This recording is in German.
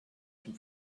dem